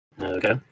Okay